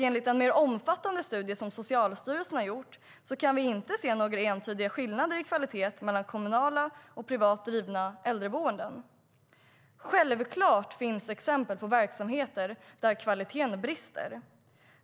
Enligt en mer omfattande studie som Socialstyrelsen har gjort kan vi inte se några entydiga skillnader i kvalitet mellan kommunalt och privat drivna äldreboenden. Självklart finns det exempel på verksamheter där kvaliteten brister.